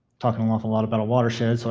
talking an awful lot about a watershed, so